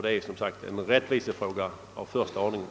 Det är som sagt en rättvisefråga av första ordningen.